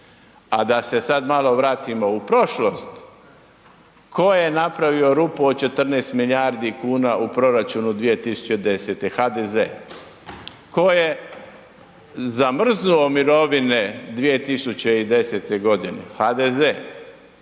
a da se sad malo vratimo u prošlost, tko je napravio rupu od 14 milijardi kuna u proračunu 2010.? HDZ. Tko je zamrznuo mirovine 2010. g.? HDZ.